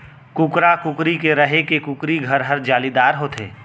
कुकरा, कुकरी के रहें के कुकरी घर हर जालीदार होथे